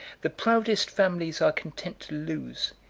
the proudest families are content to lose,